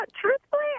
truthfully